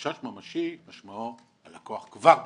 חשש ממשי, משמעו, הלקוח כבר בדיפולט.